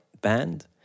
band